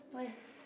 what's